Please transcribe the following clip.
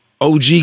OG